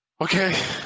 Okay